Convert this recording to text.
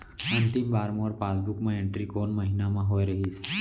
अंतिम बार मोर पासबुक मा एंट्री कोन महीना म होय रहिस?